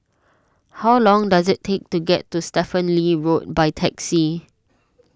how long does it take to get to Stephen Lee Road by taxi